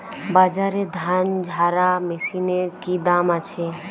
বাজারে ধান ঝারা মেশিনের কি দাম আছে?